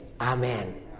Amen